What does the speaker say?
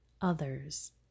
others